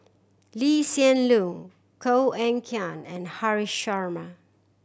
Lee Hsien Loong Koh Eng Kian and Haresh Sharma